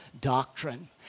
doctrine